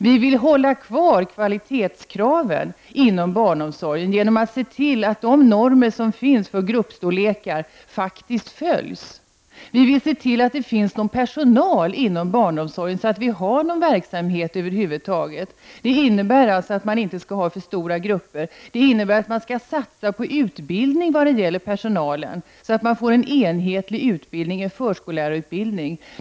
Sedan vill vi behålla kvalitetskraven inom barnomsorgen. De normer som finns om gruppstorlekar skall faktiskt följas. Det skall finnas personal inom barnomsorgen, så att det över huvud taget kan finnas en sådan verksamhet. Det innebär att det inte skall vara för stora grupper och att man skall satsa på utbildning vad gäller personalen, så att det blir en enhetlig utbildning, en förskollärarutbildning.